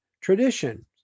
tradition